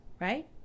right